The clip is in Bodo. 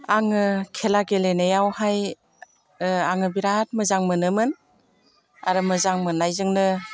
आङो खेला गेलेनायावहाय आङो बिराद मोजां मोनोमोन आरो मोजां मोननायजोंनो